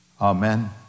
Amen